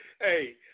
Hey